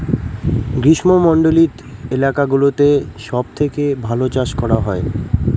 গ্রীষ্মমন্ডলীত এলাকা গুলোতে সব থেকে ভালো চাষ করা হয়